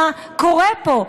מה קורה פה?